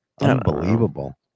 Unbelievable